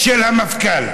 של המפכ"ל.